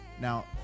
Now